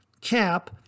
cap